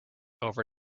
over